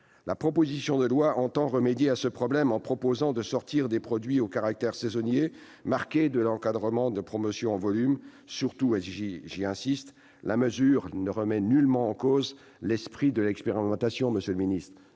La proposition de loi entend remédier à ce problème, en prévoyant de sortir les produits au caractère saisonnier marqué de l'encadrement des promotions en volume. Surtout, j'insiste sur ce point, la mesure ne remet nullement en cause l'esprit de l'expérimentation. Monsieur le ministre,